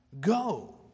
go